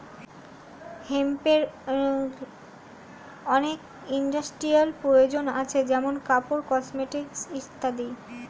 হেম্পের অনেক ইন্ডাস্ট্রিয়াল প্রয়োজন আছে যেমন কাপড়, কসমেটিকস ইত্যাদি